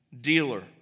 dealer